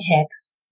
Hicks